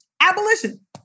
abolition